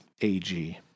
AG